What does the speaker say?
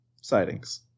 sightings